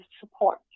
support